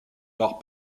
par